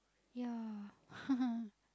ya